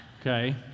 Okay